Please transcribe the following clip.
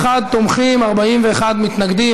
51 תומכים, 41 מתנגדים.